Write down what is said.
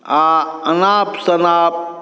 आओर अनाप शनाप